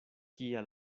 kia